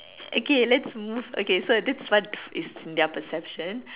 okay let's move okay so that's what is in their perception